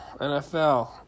NFL